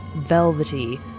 velvety